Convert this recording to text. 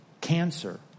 cancer